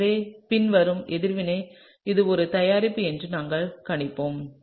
எனவே பின்வரும் எதிர்வினை இது ஒரு தயாரிப்பு என்று நாங்கள் கணிப்போம்